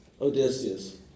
Odysseus